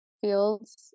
fields